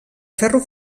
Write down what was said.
ferro